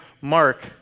Mark